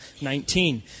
19